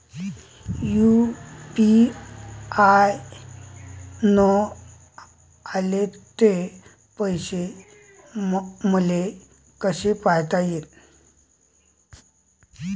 UPI न आले ते पैसे मले कसे पायता येईन?